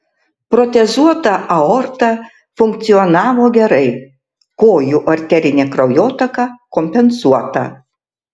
protezuota aorta funkcionavo gerai kojų arterinė kraujotaka kompensuota